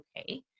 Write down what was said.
okay